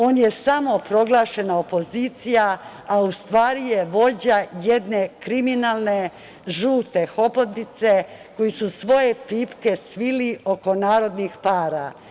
On je samoproglašena opozicija, a u stvari je vođa jedne kriminalne žute hobotnice, koja je svoje pipke svila oko narodnih para.